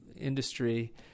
industry